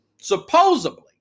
supposedly